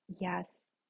yes